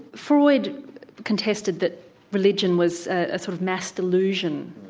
freud contested that religion was a sort of mass delusion,